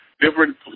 different